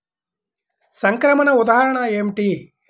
సంక్రమణ ఉదాహరణ ఏమిటి?